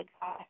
God